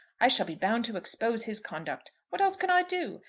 i shall be bound to expose his conduct. what else can i do?